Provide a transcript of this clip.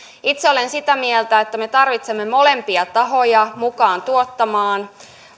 itse olen sitä mieltä että me tarvitsemme molempia tahoja mukaan tuottamaan